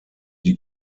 die